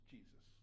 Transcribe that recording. Jesus